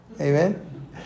Amen